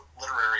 literary